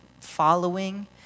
following